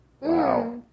Wow